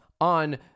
on